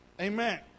amen